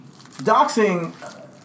doxing